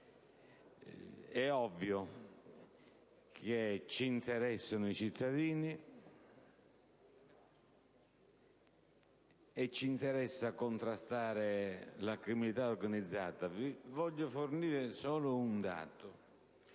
È ovvio che ci interessano i cittadini e ci interessa contrastare la criminalità organizzata. Voglio fornire solo un dato.